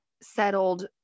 settled